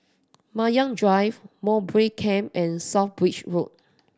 Banyan Drive Mowbray Camp and South Bridge Road